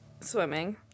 swimming